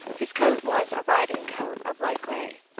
his coat was a riding-coat of light gray.